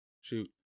Shoot